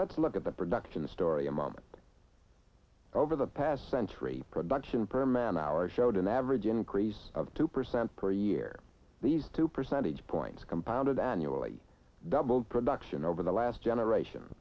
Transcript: let's look at the production story a moment over the past century production per man hour showed an average increase of two percent per year these two percentage points compounded annually doubled production over the last generation